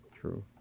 True